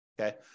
okay